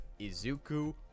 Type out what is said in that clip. Izuku